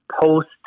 post